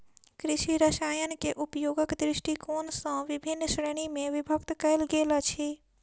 कृषि रसायनकेँ उपयोगक दृष्टिकोण सॅ विभिन्न श्रेणी मे विभक्त कयल गेल अछि